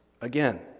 Again